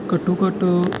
ਘੱਟੋ ਘੱਟ